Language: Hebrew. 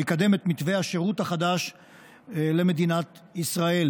שיקדם את מתווה השירות החדש למדינת ישראל